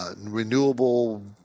Renewable